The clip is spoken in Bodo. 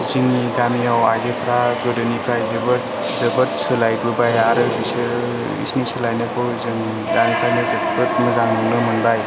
जोंनि गामियाव आइजोफोरा गोदोनिफ्राय जोबोद सोलायबोबाय आरो बिसोरनि सोलायनायखौ जों दानिफ्रायनो जोबोद मोजां नुनो मोनबाय